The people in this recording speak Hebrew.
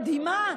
מדהימה,